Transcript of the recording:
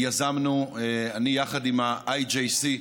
אני יחד עם ה-IJC,